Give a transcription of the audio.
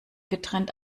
getrennt